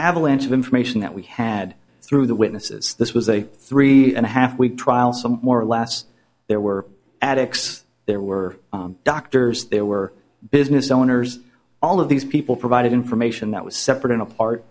avalanche of information that we had through the witnesses this was a three and a half week trial some more or less there were attics there were doctors there were business owners all of these people provided information that was separate and apart